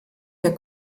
der